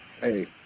Hey